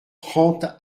trente